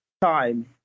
time